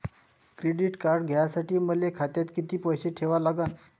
Credit card घ्यासाठी मले खात्यात किती पैसे ठेवा लागन?